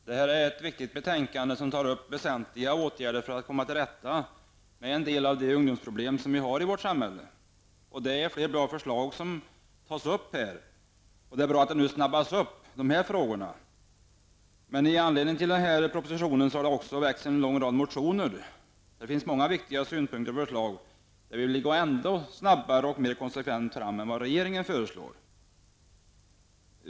Herr talman! Det här är ett viktigt betänkande som tar upp väsentliga åtgärder för att komma till rätta med en del av de ungdomsproblem som vi har i vårt samhälle. Det är flera bra förslag som tas upp i betänkandet, och det är bra att behandlingen av frågorna snabbas upp. I anledning av den här propositionen har det även väckts en lång rad motioner där det också finns många viktiga synpunkter och förslag. Vi vill i dessa motioner gå ännu snabbare och mer konsekvent fram än vad regeringen föreslår.